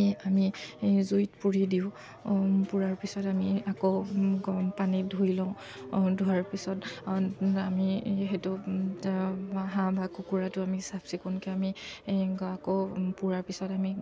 এই আমি জুইত পুৰি দিওঁ পুৰাৰ পিছত আমি আকৌ গৰমপানীত ধুই লওঁ ধোৱাৰ পিছত আমি সেইটো হাঁহ বা কুকুৰাটো আমি চাফচিকুণকৈ আমি আকৌ পুৰাৰ পিছত আমি